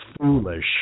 foolish